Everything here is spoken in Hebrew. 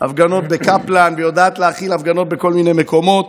הפגנות בקפלן והיא יודעת להכיל הפגנות בכל מיני מקומות.